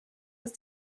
ist